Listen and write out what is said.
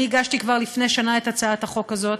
אני הגשתי כבר לפני שנה את הצעת החוק הזאת.